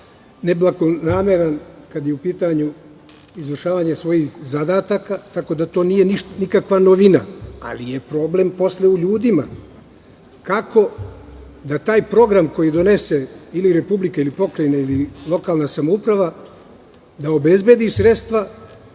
neblagonameran, kada je u pitanju izvršavanje svojih zadataka, tako da to nije nikakva novina. Problem je posle u ljudima. Kako da taj program koji donese republika ili pokrajine, ili lokalna samouprava, da obezbedi sredstva